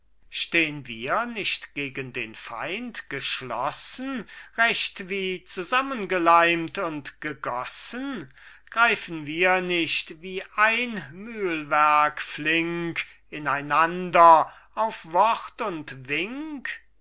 stehn wir nicht gegen den feind geschlossen recht wie zusammengeleimt und gegossen greifen wir nicht wie ein mühlwerk flink ineinander auf wort und wink